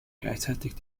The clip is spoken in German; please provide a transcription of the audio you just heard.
gleichzeitig